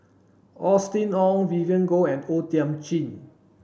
Austen Ong Vivien Goh and O Thiam Chin